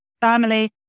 family